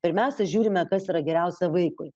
pirmiausia žiūrime kas yra geriausia vaikui